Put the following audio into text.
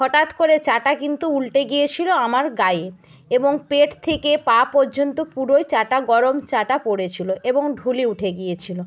হঠাৎ করে চাটা কিন্তু উল্টে গিয়েছিল আমার গায়ে এবং পেট থেকে পা পর্যন্ত পুরোই চাটা গরম চাটা পড়েছিল এবং ঢুলি উঠে গিয়েছিল